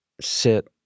sit